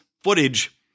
footage